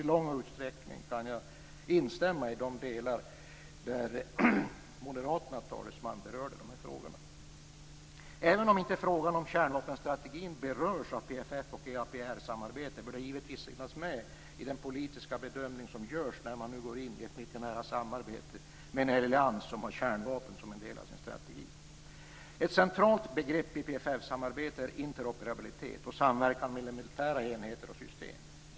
I stor utsträckning kan jag instämma i det Moderaternas talesman berörde i de här delarna. Även om inte frågan om kärnvapenstrategin berörs av PFF och EAPR-samarbetet bör det givetvis finnas med i den politiska bedömning som görs när man går in i ett mycket nära samarbete med en allians som har kärnvapen som en del av sin strategi. Ett centralt begrepp i PFF-samarbetet är interoperabilitet och samverkan mellan militära enheter och system.